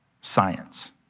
science